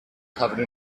covered